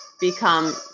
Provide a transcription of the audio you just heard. become